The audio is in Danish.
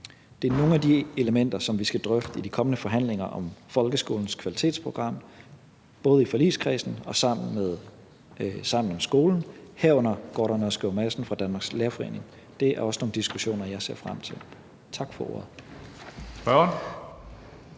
Det er nogle af de elementer, som vi skal drøfte i de kommende forhandlinger om folkeskolens kvalitetsprogram, både i forligskredsen og sammen med Sammen om skolen, herunder Gordon Ørskov Madsen fra Danmarks Lærerforening. Det er også nogle diskussioner, jeg ser frem til. Tak for ordet.